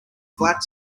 flat